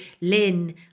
Lynn